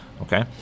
okay